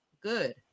good